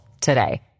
today